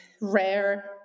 rare